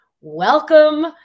welcome